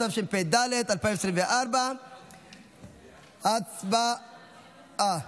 התשפ"ד 2024. הצבעה.